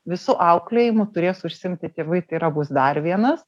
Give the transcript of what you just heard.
visu auklėjimu turės užsiimti tėvai tai yra bus dar vienas